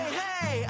hey